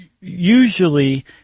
usually